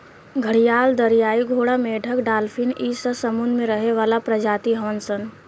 घड़ियाल, दरियाई घोड़ा, मेंढक डालफिन इ सब समुंद्र में रहे वाला प्रजाति हवन सन